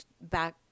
back